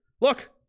look